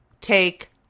take